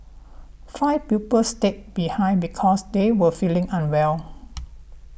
five pupils stayed behind because they were feeling unwell